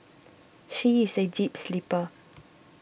she is a deep sleeper